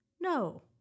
No